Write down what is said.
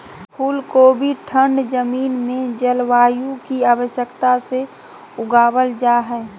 फूल कोबी ठंड जमीन में जलवायु की आवश्यकता से उगाबल जा हइ